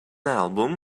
album